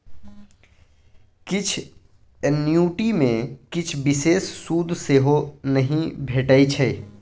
किछ एन्युटी मे किछ बिषेश सुद सेहो नहि भेटै छै